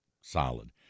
solid